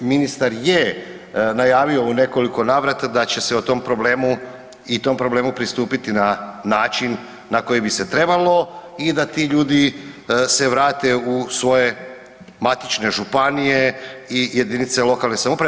Ministar je najavio u nekoliko navrata da će se o tom problemu i tom problemu pristupiti na način na koji bi se trebalo i da ti ljudi se vrate u svoje matične županije i JLS-ove.